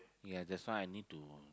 ya that's why I need to